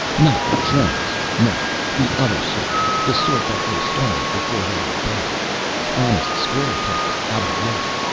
not tramps no, the other sort the sort that will starve before they will beg honest square people out of work.